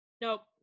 Nope